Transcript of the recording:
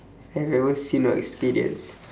I have ever seen or experience